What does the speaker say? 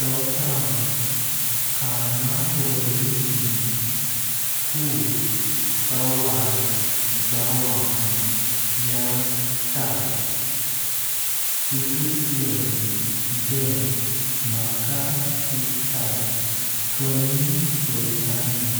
तसा खानावळीनी खूप सवाई जावण मेवता। तितुले जेह म्हाका दिसता कमी पैशांनी